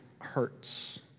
hurts